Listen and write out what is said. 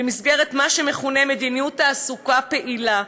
במסגרת מה שמכונה "מדיניות תעסוקה פעילה".